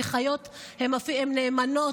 כי חיות הן נאמנות,